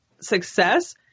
success